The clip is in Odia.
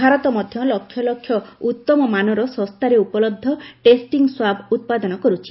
ଭାରତ ମଧ୍ୟ ଲକ୍ଷଲକ୍ଷ ଉତ୍ତମ ମାନର ଶସ୍ତାରେ ଉପଲବ୍ଧ ଟେଷ୍ଟିଂ ସ୍ୱାବ ଉତ୍ପାଦନ କର୍ୁଛି